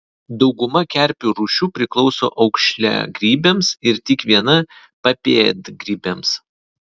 dauguma kerpių rūšių priklauso aukšliagrybiams ir tik viena papėdgrybiams